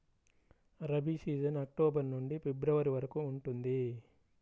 rabi season October నుండి February వరకు ఉంటుంది